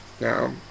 now